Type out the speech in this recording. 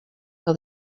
que